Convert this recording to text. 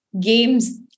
games